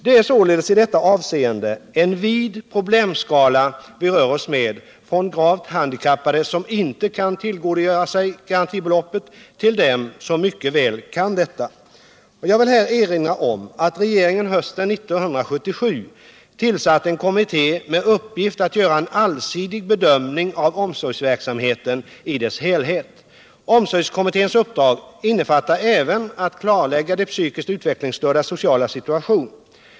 Det är således i detta hänseende en vid problemskala vi rör oss med från gravt handikappade, som inte kan tillgodogöra sig garantibeloppet, till dem som mycket väl kan detta. Jag vill här erinra om att regeringen hösten 1977 tillsatt en kommitté med uppgift att göra en allsidig bedömning av omsorgsverksamheten i dess helhet. Omsorgskommitténs uppdrag innefattar även att klarlägga de psykiskt utvecklingsstördas sociala situation.